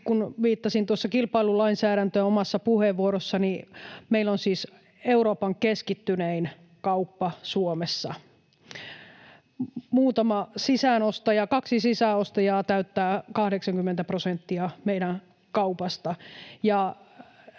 Kun viittasin kilpailulainsäädäntöön tuossa omassa puheenvuorossani, niin meillä on siis Euroopan keskittynein kauppa Suomessa. Kaksi sisäänostajaa täyttää 80 prosenttia meidän kaupasta,